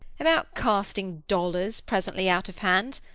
about casting dollars, presently out of hand.